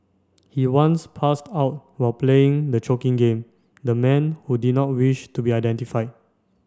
he once passed out while playing the choking game the man who did not wish to be identified